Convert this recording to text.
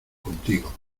contigo